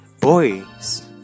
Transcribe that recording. boys